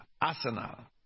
arsenal